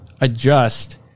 adjust